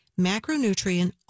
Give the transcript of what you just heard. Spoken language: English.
macronutrient